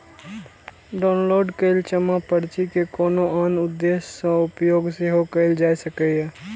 download कैल जमा पर्ची के कोनो आन उद्देश्य सं उपयोग सेहो कैल जा सकैए